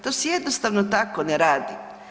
To se jednostavno tako ne radi.